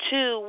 Two